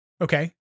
okay